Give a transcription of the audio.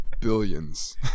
Billions